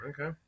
Okay